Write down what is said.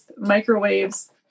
microwaves